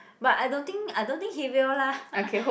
but I don't think I don't think he will lah